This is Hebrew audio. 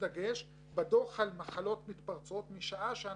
בסך הכול הדבר המשמעותי זה לא רק לקבל את התלונה אלא